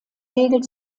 regel